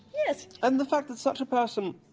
yes, and the fact that such a person